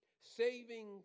saving